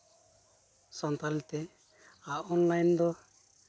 ᱥᱟᱱᱛᱟᱲᱤ ᱛᱮ ᱟᱨ ᱚᱱᱞᱟᱭᱤᱱ ᱫᱚ